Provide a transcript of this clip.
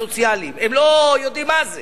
עכשיו תראו מה קורה